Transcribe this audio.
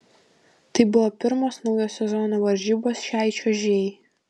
tai buvo pirmos naujo sezono varžybos šiai čiuožėjai